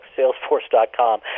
Salesforce.com